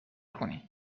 کنی